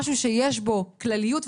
משהו שיש בו כלליות,